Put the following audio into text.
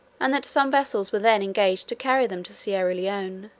and that some vessels were then engaged to carry them to sierra leone